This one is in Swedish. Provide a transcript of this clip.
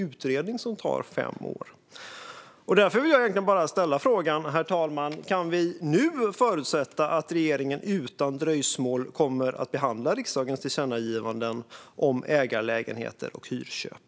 Jag skulle säga att en gedigen utredning tar fem år. Herr talman! Jag vill därför fråga om vi nu kan förutsätta att regeringen utan dröjsmål kommer att behandla riksdagens tillkännagivanden om ägarlägenheter och hyrköp.